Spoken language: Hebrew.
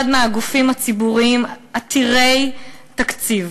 אחד הגופים הציבוריים עתירי התקציב,